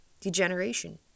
degeneration